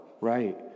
Right